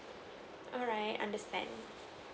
alright understand